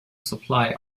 supply